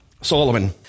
Solomon